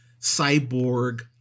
cyborg